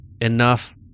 enough